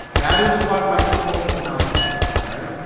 that is what microsoft is now selling right?